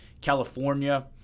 California